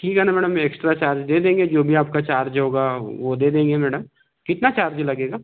ठीक है न मैडम एक्स्ट्रा चार्ज दे देंगे जो भी आपका चार्ज होगा वो दे देंगे मैडम कितना चार्ज लगेगा